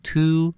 Two